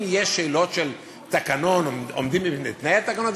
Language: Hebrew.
אם יש שאלות של תקנון או אם עומדים בתנאי התקנון,